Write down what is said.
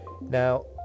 Now